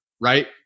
right